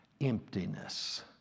emptiness